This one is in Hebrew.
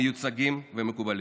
מיוצגים ומקובלים.